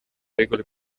regole